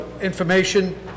information